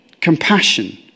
compassion